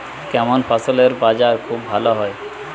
কেমন ফসলের বাজার খুব ভালো হয়?